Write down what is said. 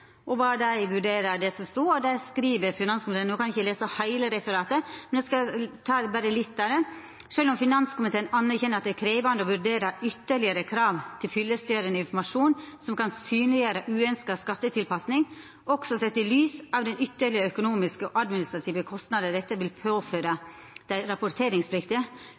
og bad dei vurdera det som stod, og dei skriv ‒ no kan eg ikkje lesa heile referatet, men eg skal lesa litt av det: «Selv om finanskomiteen anerkjenner at det er krevende å vurdere ytterligere krav til fyllestgjørende informasjon som kan synliggjøre uønsket skattetilpasning, også sett i lys av og de ytterligere økonomiske og administrative kostnader dette vil